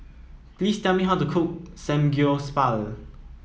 please tell me how to cook